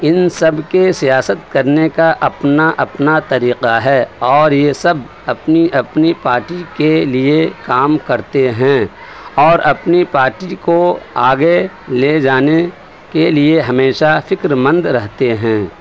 ان سب کے سیاست کرنے کا اپنا اپنا طریقہ ہے اور یہ سب اپنی اپنی پارٹی کے لیے کام کرتے ہیں اور اپنی پارٹی کو آگے لے جانے کے لیے ہمیشہ فکرمند رہتے ہیں